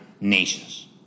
Nations